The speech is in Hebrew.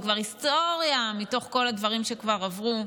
זה כבר היסטוריה, מתוך כל הדברים שכבר עברו.